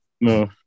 No